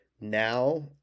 now